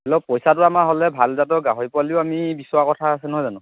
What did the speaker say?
লওক পইচাটো আমাৰ হ'লে ভাল জাতৰ গাহৰি পোৱালিও আমি বিচৰা কথা আছে নহয় জানো